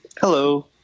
Hello